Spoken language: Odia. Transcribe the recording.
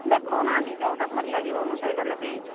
ଦେଖଉନାହାନ୍ତି ଯୋଉଟା ଭଲ ଲାଗିବ ମୁଁ ସେଇଟା ନେବି